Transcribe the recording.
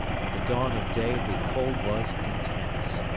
at the dawn of day the cold was intense.